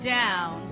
down